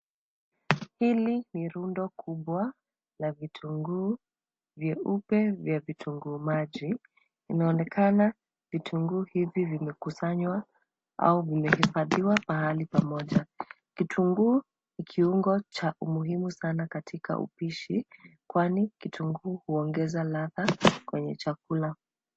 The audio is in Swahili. Hili ni rundo vikubwa la vitunguu vyeupe, vya vitunguu maji inaonekana vitunguu hivi vilikusanywa au vilihifadhiwa pahali pamoja. Kitunguu ni kiungo cha umuhimu sana katika upishi kwani kitunguu huongeza ladha kwenye chakula.